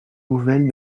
nouvelles